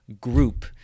group